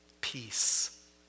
peace